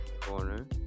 corner